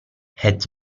had